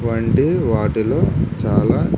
వంటి వాటిలో చాలా